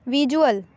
visual